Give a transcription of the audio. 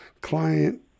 client